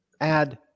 add